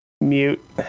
Mute